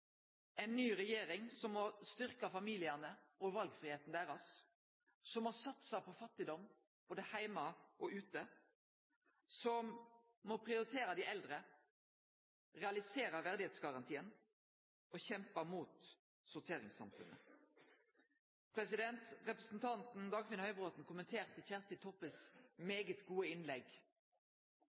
ny regjering som må styrkje familiane og valfridomen deira, som må satse på fattigdom både heime og ute, som må prioritere dei eldre, realisere verdigheitsgarantien og kjempe mot sorteringssamfunnet. Representanten Dagfinn Høybråten kommenterte Kjersti Toppes veldig gode innlegg,